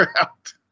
out